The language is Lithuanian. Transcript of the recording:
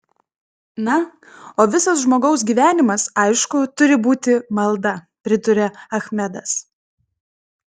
na o visas žmogaus gyvenimas aišku turi būti malda priduria achmedas